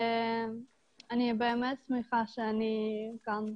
אני באמת שמחה שאני כאן.